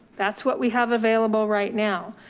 that's what we have available right now.